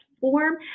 form